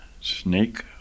Snake